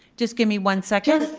just give me one second.